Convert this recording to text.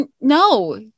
no